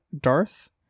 Darth